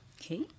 Okay